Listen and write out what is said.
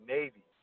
Navy